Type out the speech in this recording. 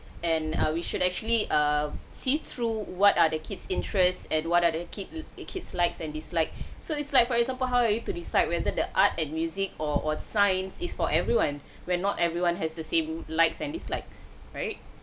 and err we should actually err see through what are the kids interest and what are the kids a kids likes and dislike so it's like for example how are you to decide whether the art and music or or science is for everyone where not everyone has the same likes and dislikes right